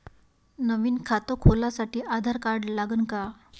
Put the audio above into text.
नवीन खात खोलासाठी आधार कार्ड लागन का?